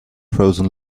frozen